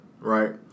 right